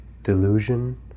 delusion